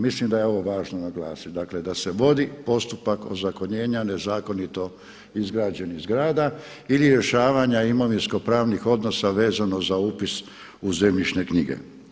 Mislim da je ovo važno naglasiti, dakle da se vodi postupak ozakonjenja nezakonito izgrađenih zgrada i rješavanja imovinsko-pravnih odnosa vezano za upis u zemljišne knjige.